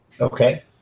Okay